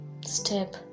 step